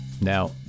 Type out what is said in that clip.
Now